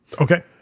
okay